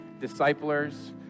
disciples